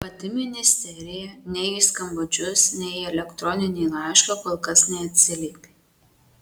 pati ministerija nei į skambučius nei į elektroninį laišką kol kas neatsiliepė